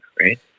right